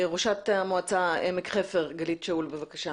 ראשת המועצה עמק חפר, ד"ר גלית שאול, בבקשה.